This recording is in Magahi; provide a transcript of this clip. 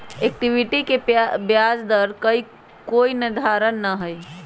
इक्विटी के ब्याज दर के कोई निर्धारण ना हई